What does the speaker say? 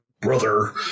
brother